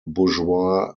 bourgeois